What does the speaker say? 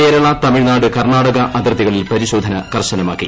കേരള തമിഴ്നാട് കർണാടക അതിർത്തികളിൽ പരിശോധന കർശനമാക്കി